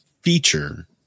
feature